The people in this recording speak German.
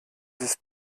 ist